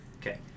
Okay